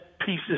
pieces